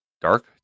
dark